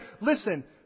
listen